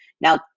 Now